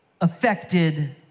affected